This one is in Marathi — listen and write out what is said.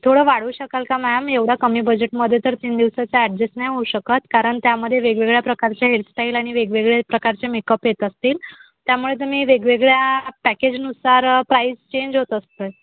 थोडं वाढवू शकाल का मॅम एवढा कमी बजेटमध्ये तर तीन दिवसाचा ॲडजस्ट नाही होऊ शकत कारण त्यामध्ये वेगवेगळ्या प्रकारच्या हेअरस्टाईल आणि वेगवेगळे प्रकारचे मेकअप येत असतील त्यामुळे तुम्ही वेगवेगळ्या पॅकेजनुसार प्राईस चेंज होत असतं आहे